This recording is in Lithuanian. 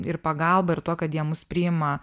ir pagalba ir tuo kad jie mus priima